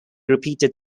repeated